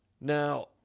Now